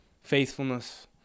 faithfulness